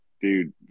dude